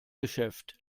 geschäft